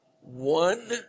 one